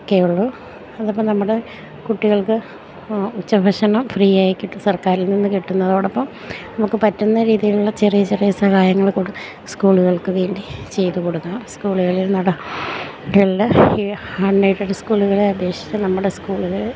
ഒക്കെയുള്ളു അതിപ്പോള് നമ്മുടെ കുട്ടികൾക്ക് ഉച്ചഭക്ഷണം ഫ്രീ ആയിട്ട് സർക്കാരിൽനിന്നു കിട്ടുന്നതോടൊപ്പം നമുക്കു പറ്റുന്ന രീതിയിലുള്ള ചെറിയ ചെറിയ സഹായങ്ങള് സ്കൂളുകൾക്ക് വേണ്ടി ചെയ്തുകൊടുക്കണം സ്കൂളുകളിൽ ഉള്ള ഈ അണ് എയ്ഡഡ് സ്കൂളുകളെ അപേക്ഷിച്ച് നമ്മുടെ സ്കൂളുകള്